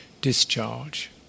discharge